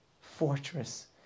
fortress